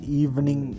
evening